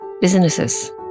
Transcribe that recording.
businesses